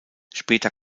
später